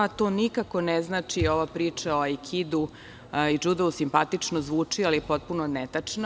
To nikako ne znači ova priča o aikidu ili džudu, simpatično zvuči ali je potpuno netačna.